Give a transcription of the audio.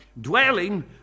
dwelling